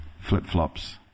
flip-flops